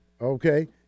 Okay